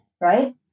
right